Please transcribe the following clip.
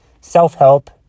self-help